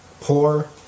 poor